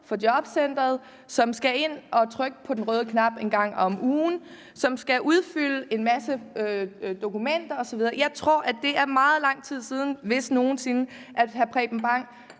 for jobcenteret, som skal ind og trykke på den røde knap en gang om ugen, som skal udfylde en masse dokumenter osv. Jeg tror, at det er meget lang tid siden, hvis nogen sinde, at hr. Preben Bang